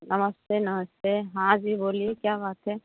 नमस्ते नमस्ते हाँ जी बोलिए क्या बात है